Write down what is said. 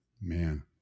Man